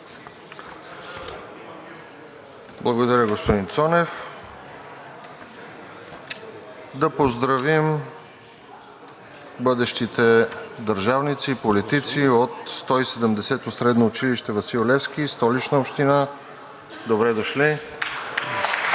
Благодаря, господин Цонев. Да поздравим бъдещите държавници и политици от 170 средно училище „Васил Левски“, Столична община. Добре дошли!